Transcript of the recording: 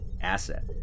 asset